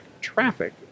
traffic